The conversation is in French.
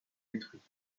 détruits